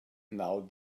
now